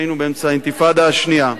היינו באמצע האינתיפאדה השנייה.